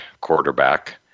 quarterback